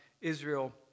Israel